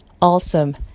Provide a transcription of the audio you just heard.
Awesome